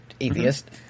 atheist